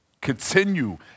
continue